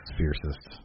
fiercest